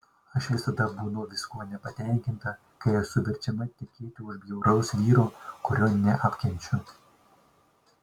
aš visada būnu viskuo nepatenkinta kai esu verčiama tekėti už bjauraus vyro kurio neapkenčiu